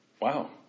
wow